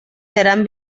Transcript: seran